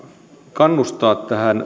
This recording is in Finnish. kannustaa